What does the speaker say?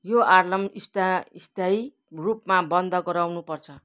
यो आर्लाम स्था स्थायी रूपमा बन्द गराउनुपर्छ